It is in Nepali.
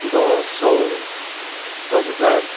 दस सय दस हजार